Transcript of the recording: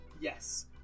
Yes